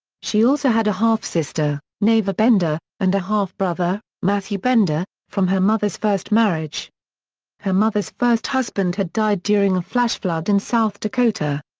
she also had a half-sister, neva bender, and a half-brother, matthew bender, from her mother's first marriage her mother's first husband had died during a flash flood in south dakota.